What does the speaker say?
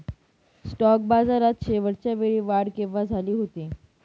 Stock बाजारात शेवटच्या वेळी वाढ केव्हा झाली होती?